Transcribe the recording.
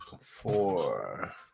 four